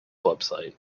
website